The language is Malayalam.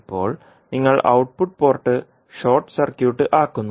ഇപ്പോൾ നിങ്ങൾ ഔട്ട്പുട്ട് പോർട്ട് ഷോർട്ട് സർക്യൂട്ട് ആക്കുന്നു